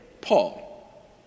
Paul